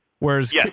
Whereas